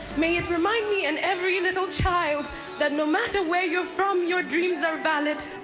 may it remind me and every little child that no matter where you're from, your dreams are valid.